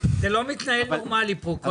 הישיבה כאן לא מתנהלת באופן נורמלי.